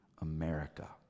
America